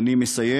אני מסיים.